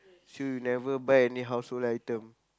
so you never buy any household item